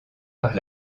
par